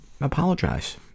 Apologize